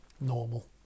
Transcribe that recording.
normal